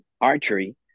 archery